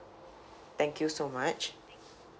thank you so much